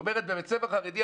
בבתי ספר חרדי,